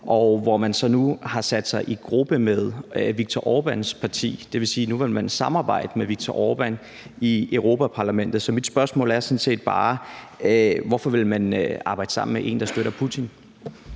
at man har sat sig i gruppe med Viktor Orbáns parti. Det vil sige, at man nu vil samarbejde med Viktor Orbán i Europa-Parlamentet. Så mit spørgsmål er sådan set bare, hvorfor man vil arbejde sammen med en, der støtter Putin.